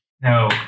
No